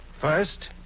First